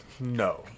No